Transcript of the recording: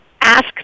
Ask